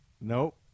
Nope